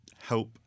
help